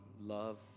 love